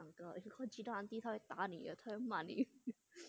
oh my god you call gina auntie 她会打你的她会骂你